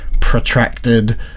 protracted